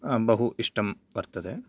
बहु इष्टं वर्तते